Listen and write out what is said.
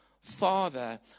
father